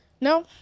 No